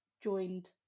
joined